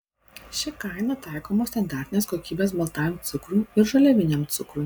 ši kaina taikoma standartinės kokybės baltajam cukrui ir žaliaviniam cukrui